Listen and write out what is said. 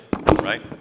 right